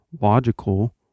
logical